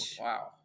wow